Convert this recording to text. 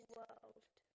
world